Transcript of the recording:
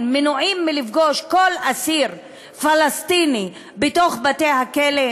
מנועים מלפגוש כל אסיר פלסטיני בתוך בתי-הכלא?